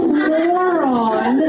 moron